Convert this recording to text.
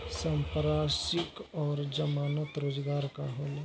संपार्श्विक और जमानत रोजगार का होला?